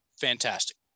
Fantastic